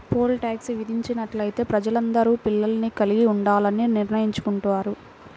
pole tax విధించినట్లయితే ప్రజలందరూ పిల్లల్ని కలిగి ఉండాలని నిర్ణయించుకుంటారు